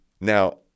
Now